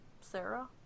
Sarah